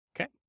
Okay